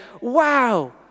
wow